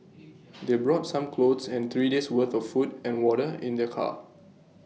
they brought some clothes and three days' worth of food and water in their car